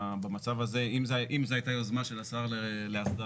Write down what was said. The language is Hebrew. במצב הזה, אם זו הייתה יוזמה של השר להסדרה,